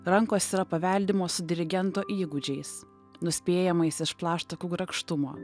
rankos yra paveldimos su dirigento įgūdžiais nuspėjamais iš plaštakų grakštumo